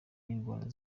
n’indwara